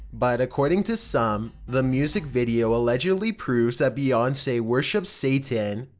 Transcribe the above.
but according to some, the music video allegedly proves that beyonce worships satan.